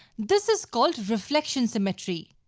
this is called reflection symmetry.